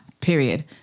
period